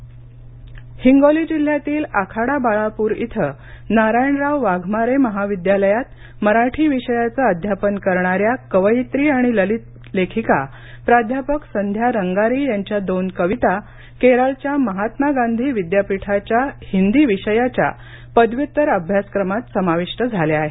हिंगोली हिंगोली जिल्ह्यातील आखाडा बाळापूर इथं नारायणराव वाघमारे महाविद्यालयात मराठी विषयाचं अध्यापन करणाऱ्या कवयित्री आणि ललित लेखिका प्राध्यापक संध्या रंगारी यांच्या दोन कविता केरळच्या महात्मा गांधी विद्यापीठाच्या हिंदी विषयाच्या पदव्युत्तर अभ्यासक्रमात समाविष्ट झाल्या आहेत